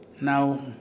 Now